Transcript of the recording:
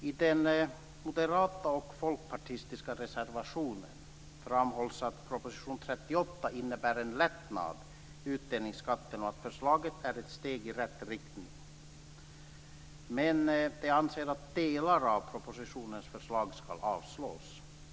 I den moderata och folkpartistiska reservationen framhålls att proposition 38 innebär en lättnad vad gäller utdelningsskatten och att förslaget är ett steg i rätt riktning. Men de anser att delar av propositionens förslag ska avslås.